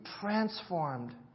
transformed